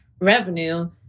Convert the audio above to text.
revenue